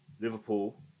Liverpool